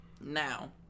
now